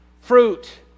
fruit